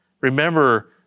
Remember